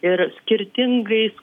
ir skirtingais